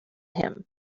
him